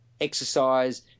exercise